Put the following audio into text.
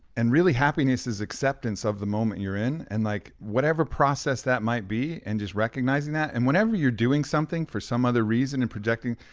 and really, happiness is acceptance of the moment you're in. and like whatever process that might be, and just recognizing that. and whenever you're doing something for some other reason and projecting,